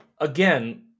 again